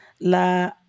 La